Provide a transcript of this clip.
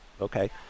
okay